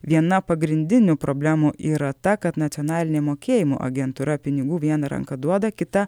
viena pagrindinių problemų yra ta kad nacionalinė mokėjimų agentūra pinigų viena ranka duoda kita